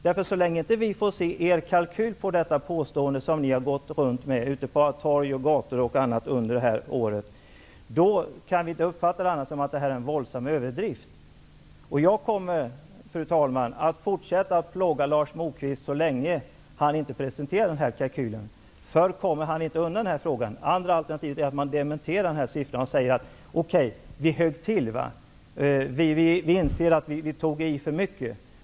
Så länge vi inte får se den kalkyl som ligger till grund för detta påstående som ni har fört ut på torg och gator under det här året kan vi inte uppfatta det annat än som att det är en våldsam överdrift. Fru talman! Jag kommer att fortsätta att plåga Lars Moquist så länge han inte presenterar kalkylen. Förr kommer han inte undan den här frågan. Ett annat alternativ är att han dementerar siffran och säger: Okej, vi högg till. Vi inser att vi tog i för mycket.